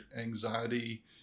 anxiety